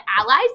Allies